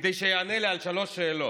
כדי שיענה לי על שלוש שאלות.